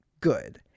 good